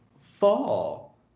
fall